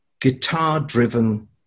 guitar-driven